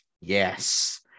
Yes